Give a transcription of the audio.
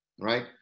right